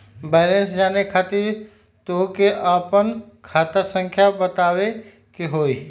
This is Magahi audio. बैलेंस जाने खातिर तोह के आपन खाता संख्या बतावे के होइ?